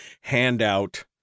handout